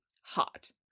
hot